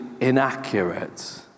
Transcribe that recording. inaccurate